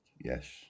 Yes